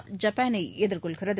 ஐப்பானை எதிர்கொள்கிறது